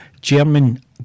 German